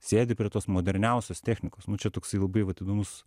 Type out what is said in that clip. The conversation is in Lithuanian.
sėdi prie tos moderniausios technikos nu čia toksai labai vat įdomus